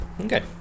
okay